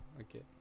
okay